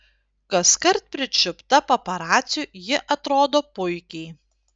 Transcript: kaskart pričiupta paparacių ji atrodo puikiai